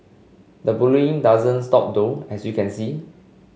the bullying doesn't stop though as you can see